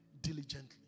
diligently